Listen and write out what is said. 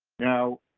now,